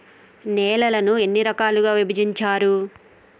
నేలలను ఎన్ని రకాలుగా విభజించారు?